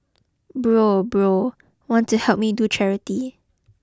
bro bro want to help me do charity